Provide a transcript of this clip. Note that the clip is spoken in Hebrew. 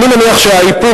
אני מניח שהאיפוק,